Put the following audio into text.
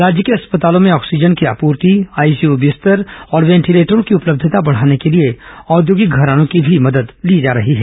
राज्य के अस्पतालों में ऑक्सीजन की आपूर्ति आईसीयू बिस्तर और वेंटीलेटरों की उपलब्यता बढाने के लिए औद्योगिक घरानों की भी मदद ली जा रही है